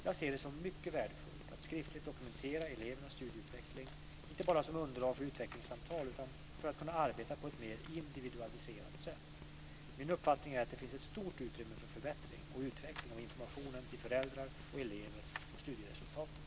Jag ser det som mycket värdefullt att skriftligt dokumentera elevernas studieutveckling, inte bara som underlag för utvecklingssamtal utan för att kunna arbeta på ett mer individualiserat sätt. Min uppfattning är att det finns ett stort utrymme för förbättring och utveckling av informationen till föräldrar och elever om studieresultaten.